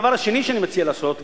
הדבר השני שאני מציע לעשות,